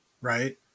right